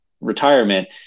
retirement